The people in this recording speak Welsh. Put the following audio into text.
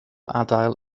adael